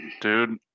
Dude